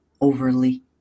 overly